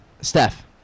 Steph